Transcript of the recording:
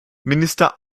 minister